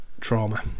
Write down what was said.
trauma